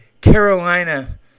Carolina